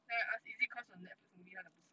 then I ask is it cause of netflix movie 他讲不是